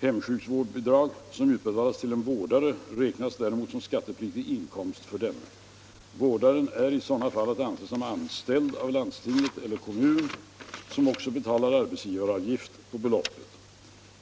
Hemsjukvårdsbidrag som utbetalas till en vårdare räknas däremot som skattepliktig inkomst för denne. Vårdaren är i sådana fall att anse som anställd av landstinget eller kommunen. som också betalar arbetsgivaravgift på beloppet.